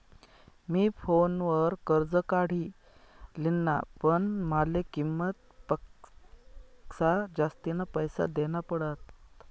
मी फोनवर कर्ज काढी लिन्ह, पण माले किंमत पक्सा जास्तीना पैसा देना पडात